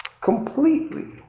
completely